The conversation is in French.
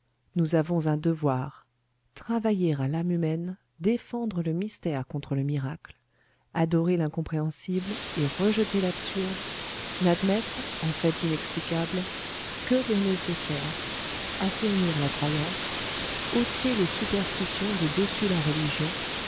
nous avons un devoir travailler à l'âme humaine défendre le mystère contre le miracle adorer l'incompréhensible et rejeter l'absurde n'admettre en fait d'inexplicable que le nécessaire assainir la croyance ôter les superstitions de dessus la religion